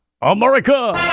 America